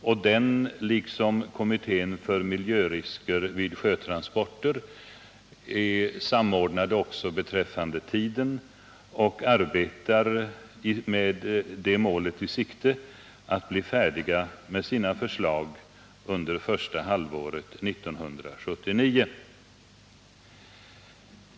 Denna kommitté och kommittén för miljörisker vid sjötransporter är samordnade också beträffande tiden och arbetar med det målet i sikte att bli färdiga med sina förslag under första halvåret 1979.